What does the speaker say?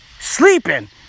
sleeping